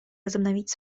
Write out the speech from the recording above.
возобновить